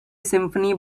symphony